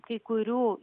kai kurių